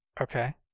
Okay